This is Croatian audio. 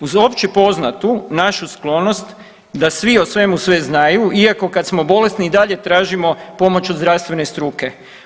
Uz opće poznatu našu sklonost da svi o svemu sve znaju iako kad smo bolesni i dalje tražimo pomoć od zdravstvene struke.